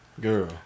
Girl